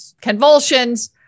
convulsions